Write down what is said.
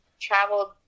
traveled